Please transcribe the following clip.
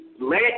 let